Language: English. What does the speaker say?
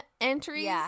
entries